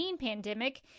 pandemic